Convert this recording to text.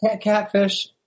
catfish